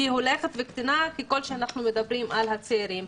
היא הולכת וקטנה ככל שאנחנו מדברים על הצעירים,